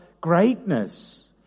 greatness